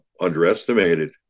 underestimated